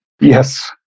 Yes